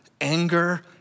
anger